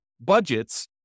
budgets